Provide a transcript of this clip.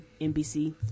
NBC